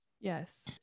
Yes